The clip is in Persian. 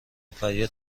فریاد